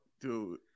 Dude